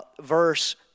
verse